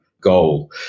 goal